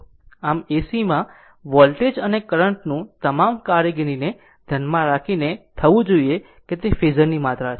આમ ACમાં વોલ્ટેજ અને કરંટ નું તમામ કામગીરીને ધ્યાનમાં રાખીને થવું જોઈએ કે તે ફેઝરની માત્રા છે